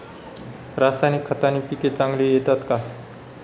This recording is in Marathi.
रासायनिक खताने पिके चांगली येतात का?